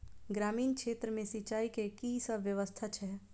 ग्रामीण क्षेत्र मे सिंचाई केँ की सब व्यवस्था छै?